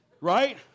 right